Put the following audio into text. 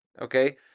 Okay